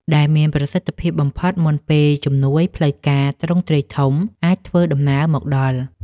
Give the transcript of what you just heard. ដែលមានប្រសិទ្ធភាពបំផុតមុនពេលជំនួយផ្លូវការទ្រង់ទ្រាយធំអាចធ្វើដំណើរមកដល់។